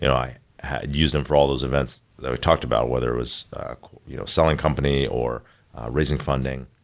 and i used them for all those events that we talked about, whether it was you know selling company or raising funding.